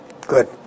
Good